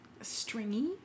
Stringy